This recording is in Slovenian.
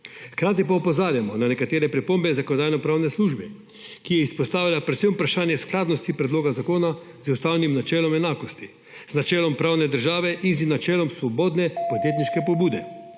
Hkrati pa opozarjamo na nekatere pripombe Zakonodajno-pravne službe, ki izpostavlja predvsem vprašanje skladnosti predloga zakona z ustavnim načelom enakosti, z načelom pravne države in z načelom svobodne podjetniške pobude.